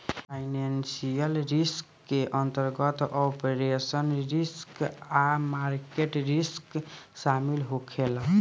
financial risk के अंतर्गत operational risk आ मार्केट रिस्क शामिल होखे ला